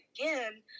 again